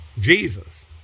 Jesus